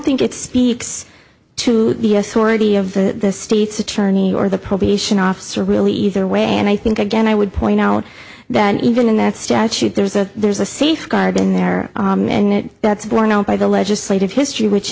think it's speaks to the authority of the state's attorney or the probation officer really either way and i think again i would point out that even in the statute there's a there's a safeguard in there and that's borne out by the legislative history which